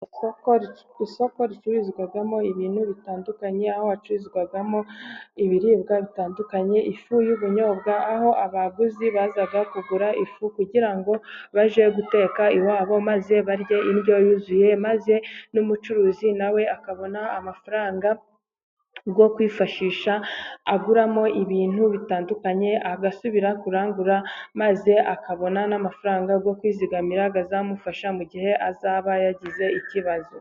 Isoko ricururizwamo ibintu bitandukanye, aho hacururizwamo ibiribwa bitandukanye ifu y'ubunyobwa, aho abaguzi baza kugura ifu kugira ngo bajye guteka iwabo, maze barye indyo yuzuye maze n'umucuruzi nawe akabona amafaranga yo kwifashisha aguramo ibintu bitandukanye, agasubira kurangura maze akabona n'amafaranga yo kwizigamira akazamufasha mu gihe azaba yagize ikibazo.